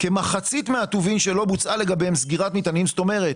כמחצית מהטובין שלא בוצעה לגביהם סגירת מטענים זאת אומרת